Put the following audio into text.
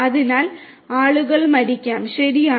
അതിനാൽ ആളുകൾ മരിക്കാം ശരിയാണ്